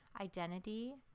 identity